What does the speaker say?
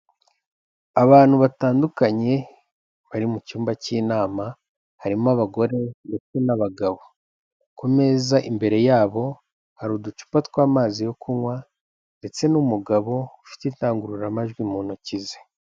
Abantu batandukanye, bari mu cyumba cy'inama, harimo abagore ndetse n'abagabo, ku meza imbere yabo hari uducupa tw'amazi yo kunywa ndetse n'umugabo ufite indangururamajwi mu ntoki ze.